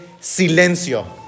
silencio